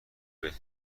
بهت